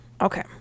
Okay